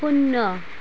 শূন্য